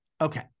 okay